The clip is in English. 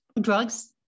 drugs